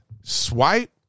swipe